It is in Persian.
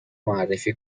معرفی